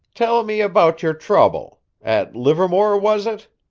tell me about your trouble at livermore, was it?